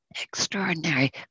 extraordinary